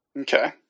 Okay